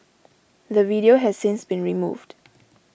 the video has since been removed